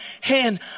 hand